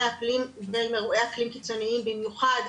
האקלים ועם אירועי אקלים קיצוניים במיוחד,